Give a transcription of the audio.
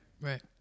right